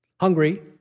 hungry